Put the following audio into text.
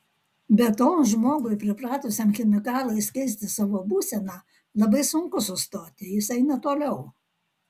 be to žmogui pripratusiam chemikalais keisti savo būseną labai sunku sustoti jis eina toliau